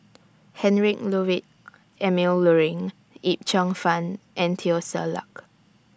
Heinrich Ludwig Emil Luering Yip Cheong Fun and Teo Ser Luck